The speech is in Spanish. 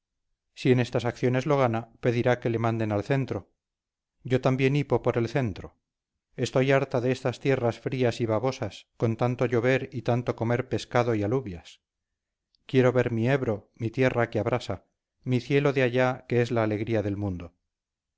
si en estas acciones lo gana pedirá que le manden al centro yo también hipo por el centro estoy harta de estas tierras frías y babosas con tanto llover y tanto comer pescado y alubias quiero ver mi ebro mi tierra que abrasa mi cielo de allá que es la alegría del mundo